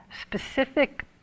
specific